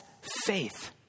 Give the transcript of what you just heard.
faith